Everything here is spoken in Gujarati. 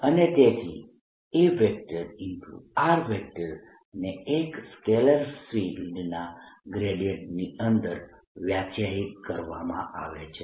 અને તેથી A ને એક સ્કેલર ફિલ્ડના ગ્રેડિયન્ટની અંદર વ્યાખ્યાયિત કરવામાં આવે છે